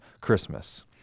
Christmas